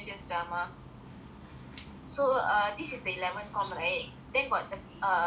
so this is he eleventh com right then got the err tenth committee